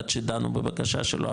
עד שדנו בבקשה שלו,